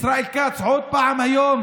ישראל כץ, עוד פעם היום